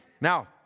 Now